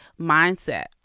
mindset